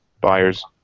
buyers